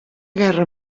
guerra